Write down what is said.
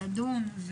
לפחות 24 שעות לפני,